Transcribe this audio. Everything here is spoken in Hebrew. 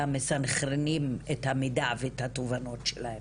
מסנכרנים את המידע ואת התובנות שלהם.